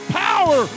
power